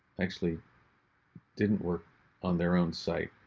actually didn't work on their own site.